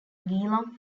geelong